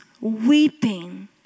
weeping